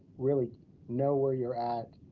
really know where you're at,